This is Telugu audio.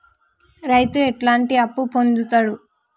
రైతు ఎట్లాంటి అప్పు పొందుతడు?